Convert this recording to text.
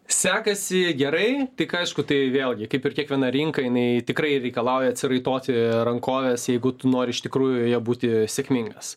sekasi gerai tik aišku tai vėlgi kaip ir kiekviena rinka jinai tikrai reikalauja atsiraitoti rankoves jeigu tu nori iš tikrųjų joje būti sėkmingas